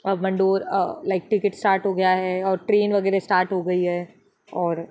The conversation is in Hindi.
अब मंडोर लाइक टिकट स्टार्ट हो गया है और ट्रेन वगैरह स्टार्ट हो गई हैं और